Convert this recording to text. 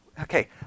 Okay